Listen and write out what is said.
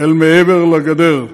אל מעבר לגדר,